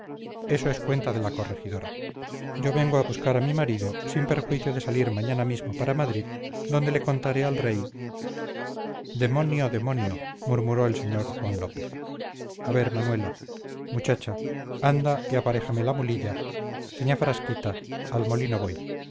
eso es cuenta de la corregidora yo vengo a buscar a mi marido sin perjuicio de salir mañana mismo para madrid donde le contaré al rey demonio demonio murmuró el señor juan lópez a ver manuela muchacha anda y aparéjame la mulilla señá frasquita al molino voy